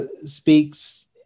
speaks